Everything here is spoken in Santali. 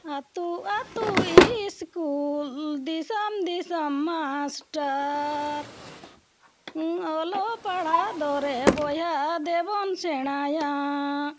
ᱟᱛᱳ ᱟᱛᱳ ᱤᱥᱠᱩᱞ ᱫᱤᱥᱚᱢ ᱫᱤᱥᱚᱢ ᱢᱟᱥᱴᱟᱨ ᱚᱞᱚᱜ ᱯᱟᱲᱦᱟᱜ ᱫᱚᱨᱮ ᱵᱚᱭᱦᱟ ᱫᱮᱵᱚᱱ ᱥᱮᱬᱟᱭᱟᱻ